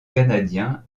canadiens